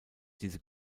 diese